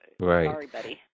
Right